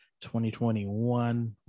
2021